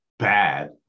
Bad